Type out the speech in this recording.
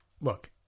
Look